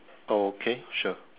okay sure